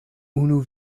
unu